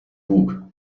bug